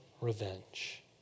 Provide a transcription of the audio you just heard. revenge